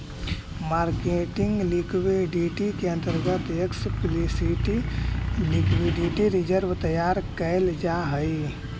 marketing liquidity के अंतर्गत explicit liquidity reserve तैयार कैल जा हई